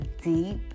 deep